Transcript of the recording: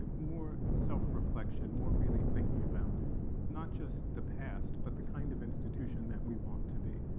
but more self-reflection, more really thinking about not just the past but the kind of institution that we want to be.